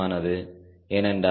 06 ஆகும்